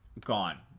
Gone